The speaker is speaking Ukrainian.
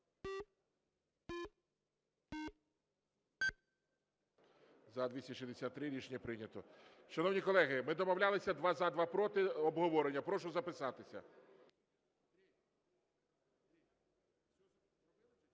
За-263 Рішення прийнято. Шановні колеги, ми домовлялися: два – за, два проти, обговорення. Прошу записатися.